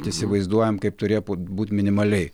įsivaizduojam kaip turėpų būt minimaliai